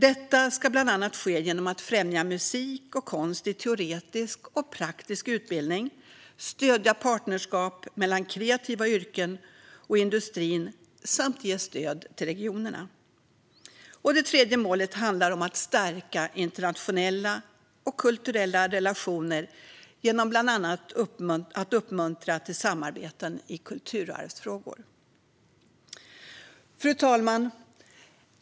Detta ska bland annat ske genom att främja musik och konst i teoretisk och praktisk utbildning, stödja partnerskap mellan kreativa yrken och industrin samt ge stöd till regionerna. Det tredje målet handlar om att stärka internationella och kulturella relationer genom att bland annat uppmuntra till samarbeten i kulturarvsfrågor. Fru talman!